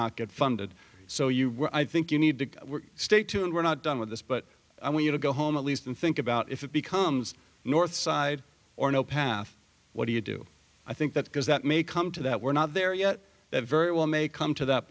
not get funded so you i think you need to stay tuned we're not done with this but i want you to go home at least and think about if it becomes northside or no path what do you do i think that because that may come to that we're not there yet that very well may come to that